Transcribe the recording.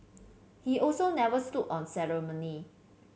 he also never stood on ceremony